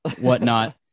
whatnot